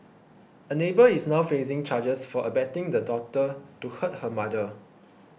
a neighbour is now facing charges for abetting the daughter to hurt her mother